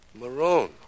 Maroon